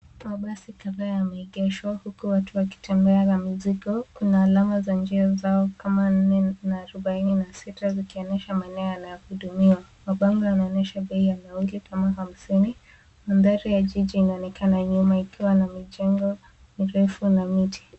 Mabasi kadhaa yameegeshwa huku watu wakitembea na mizigo. Kuna alama za njia zao kama nne na arobaini na sita zikionyesha maeneo yanayohudumiwa. Mabango yanaonyesha bei ya nauli kama hamsini. Mandhari ya jiji yanaonekana nyuma yakiwa na mijengo mirefu na miti.